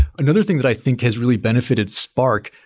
another thing that i think has really benefitted spark,